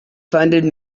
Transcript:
funded